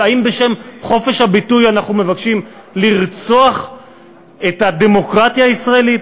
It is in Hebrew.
האם בשם חופש הביטוי אנחנו מבקשים לרצוח את הדמוקרטיה הישראלית?